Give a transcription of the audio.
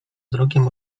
wzrokiem